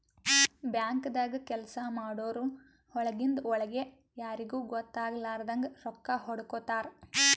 ಬ್ಯಾಂಕ್ದಾಗ್ ಕೆಲ್ಸ ಮಾಡೋರು ಒಳಗಿಂದ್ ಒಳ್ಗೆ ಯಾರಿಗೂ ಗೊತ್ತಾಗಲಾರದಂಗ್ ರೊಕ್ಕಾ ಹೊಡ್ಕೋತಾರ್